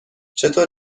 چطور